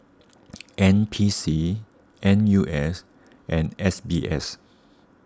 N P C N U S and S B S